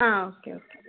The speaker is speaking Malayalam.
ആ ഓക്കെ ഓക്കെ